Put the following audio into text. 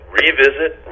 revisit